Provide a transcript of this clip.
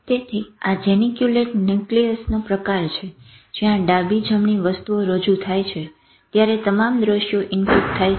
તેથી આ જેનીક્યુલેટ ન્યુક્લિયસનો પ્રકાર છે જ્યાં ડાબી જમણી વસ્તુઓ રજુ થાય છે ત્યારે તમામ દ્રશ્યો ઈનપુટ થાય છે